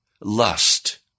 lust